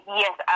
yes